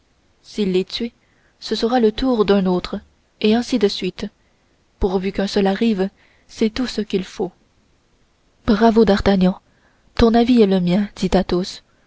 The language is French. s'il est tué ce sera le tour d'un autre et ainsi de suite pourvu qu'un seul arrive c'est tout ce qu'il faut bravo d'artagnan ton avis est le mien